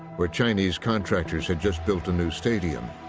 where chinese contractors had just built a new stadium,